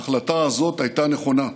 ההחלטה הזאת הייתה נכונה.